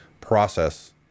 process